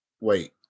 Wait